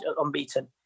unbeaten